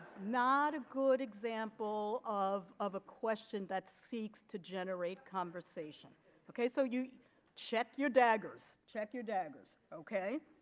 not a good example of of a question that seeks to generate conversation ok so you check your daggers check your daggers ok